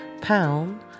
Pound